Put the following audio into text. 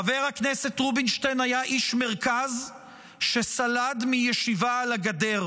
חבר הכנסת רובינשטיין היה איש מרכז שסלד מישיבה על הגדר.